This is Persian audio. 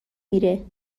میره